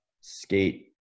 skate